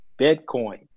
Bitcoin